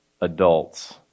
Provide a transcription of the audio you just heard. adults